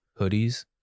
hoodies